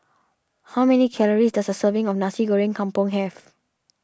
how many calories does a serving of Nasi Goreng Kampung have